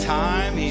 time